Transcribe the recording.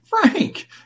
Frank